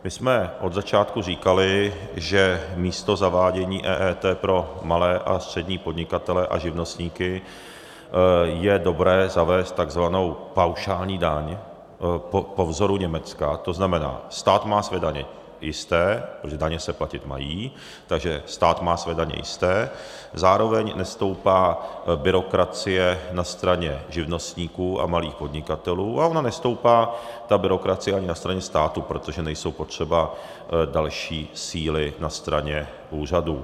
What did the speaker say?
My jsme od začátku říkali, že místo zavádění EET pro malé a střední podnikatele a živnostníky je dobré zavést takzvanou paušální daň po vzoru Německa, to znamená, stát má své daně jisté, protože daně se platit mají, takže stát má své daně jisté, zároveň nestoupá byrokracie na straně živnostníků a malých podnikatelů, a ta byrokracie nestoupá ani na straně státu, protože nejsou potřeba další síly na straně úřadů.